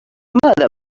ماذا